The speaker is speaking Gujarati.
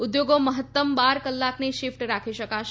ઉદ્યોગો મહત્તમ બાર કલાકની શિફટ રાખી શકશે